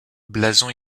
blason